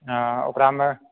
हँ ओकरामे